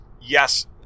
yes